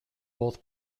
both